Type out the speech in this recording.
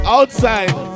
Outside